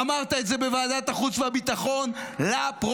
אמרת את זה בוועדת החוץ והביטחון לפרוטוקול.